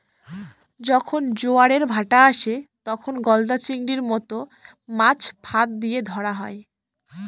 যখন জোয়ারের ভাঁটা আসে, তখন গলদা চিংড়ির মত মাছ ফাঁদ দিয়ে ধরা হয়